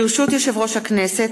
ברשות יושב-ראש הכנסת,